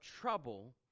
trouble